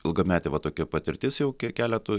ilgametė va tokia patirtis jau ke keletui